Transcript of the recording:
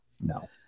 No